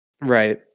Right